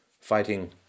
fighting